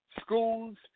schools